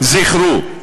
זכרו,